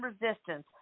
resistance